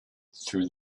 through